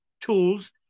tools